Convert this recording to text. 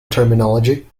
terminology